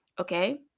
okay